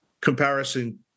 comparison